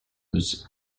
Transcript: was